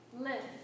lift